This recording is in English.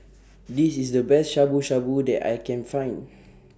This IS The Best Shabu Shabu that I Can Find